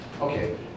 Okay